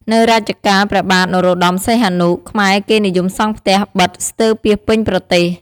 នៅរជ្ជកាលព្រះបាទនរោត្តមសីហនុ ខ្មែរគេនិយមសង់ផ្ទះប៉ិតស្ទើរពាសពេញប្រទេស។